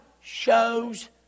Shows